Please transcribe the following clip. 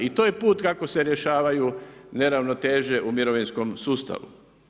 I to je put kako se rješavaju neravnoteže u mirovinskom sustavu.